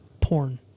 porn